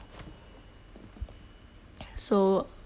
so